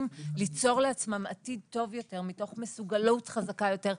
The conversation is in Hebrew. ליצור לעצמם עתיד טוב יותר מתוך מסוגלות חזקה יותר,